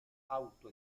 auto